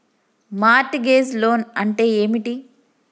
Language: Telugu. మార్ట్ గేజ్ లోన్ అంటే ఏమిటి?